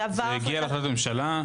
זה הגיע להחלטת ממשלה.